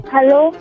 Hello